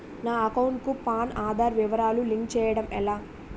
నా అకౌంట్ కు పాన్, ఆధార్ వివరాలు లింక్ చేయటం ఎలా?